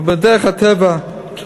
אבל בדרך הטבע,